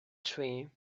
tree